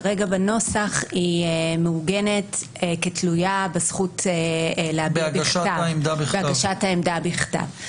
כרגע בנוסח היא מעוגנת כתלויה בזכות להגשת העמדה בכתב,